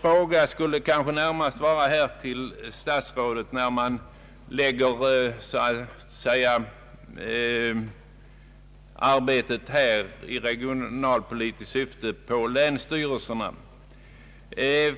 Från den utgångspunkten att arbetet i regionalpolitiskt syfte ligger på länsstyrelserna skulle jag